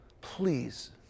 Please